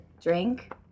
drink